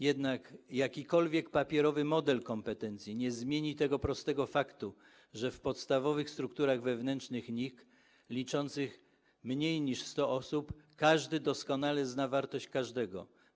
Jakikolwiek papierowy model kompetencji nie zmieni jednak tego prostego faktu, że w podstawowych strukturach wewnętrznych NIK, liczących mniej niż 100 osób, każdy doskonale zna wartość każdego.